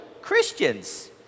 Christians